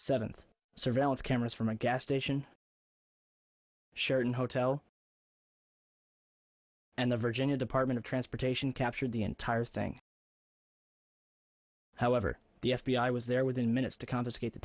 seventh surveillance cameras from a gas station sheraton hotel and the virginia department of transportation captured the entire thing however the f b i was there within minutes to confiscate the